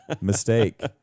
mistake